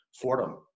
Fordham